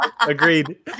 agreed